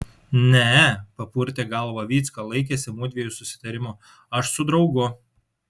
ne e papurtė galvą vycka laikėsi mudviejų susitarimo aš su draugu